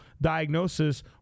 diagnosis